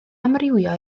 amrywio